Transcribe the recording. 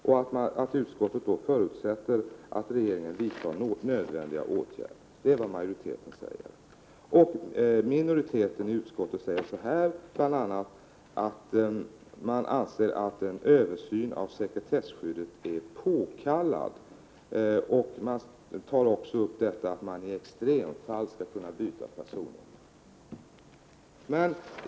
Om ett sådant behov uppkommer förutsätter utskottet att regeringen vidtar nödvändiga åtgärder.” Minoriteten i utskottet säger bl.a. att man anser att en översyn av sekresskyddet är påkallad. Utskottsminoriteten tar också upp detta att man i extremfall skall kunna byta personnummer.